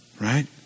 Right